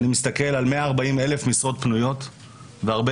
אני מסתכל על 140,000 משרות פנויות והרבה